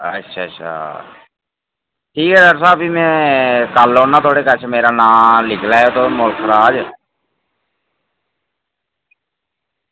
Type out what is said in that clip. अच्छा अच्छा ठीक ऐ डॉक्टर साहब भी में कल्ल औना थुआढ़े कश ते मेरा नांऽ लिखी लैयो तुस मुल्ख राज